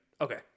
Okay